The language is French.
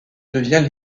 devient